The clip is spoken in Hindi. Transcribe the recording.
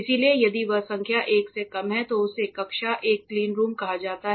इसलिए यदि वह संख्या 1 से कम है तो उसे कक्षा एक क्लीन रूम कहा जाता है